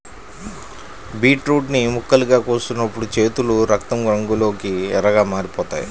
beetroot ని ముక్కలుగా కోస్తున్నప్పుడు చేతులు రక్తం రంగులోకి ఎర్రగా మారిపోతాయి